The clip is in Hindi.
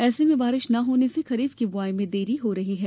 ऐसे में बारिश न होने से खरीफ की बुआई में देरी हो रही है